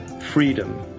freedom